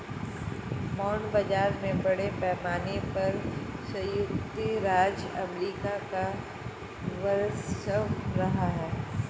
bond बाजार में बड़े पैमाने पर सयुक्त राज्य अमेरिका का वर्चस्व रहा है